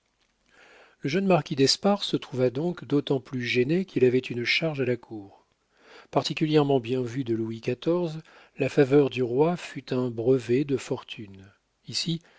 le jeune marquis d'espard se trouva donc d'autant plus gêné qu'il avait une charge à la cour particulièrement bien vu de louis xiv la faveur du roi fut un brevet de fortune ici